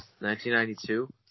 1992